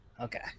Okay